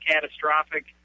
catastrophic